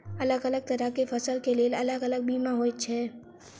अलग अलग तरह केँ फसल केँ लेल अलग अलग बीमा होइ छै?